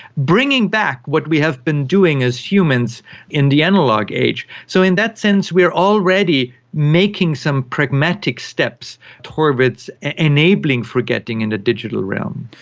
bringing back what we have been doing as humans in the analogue age. so in that sense we are already making some pragmatic steps towards enabling forgetting in the digital realm.